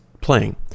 playing